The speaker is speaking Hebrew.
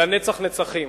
לנצח נצחים.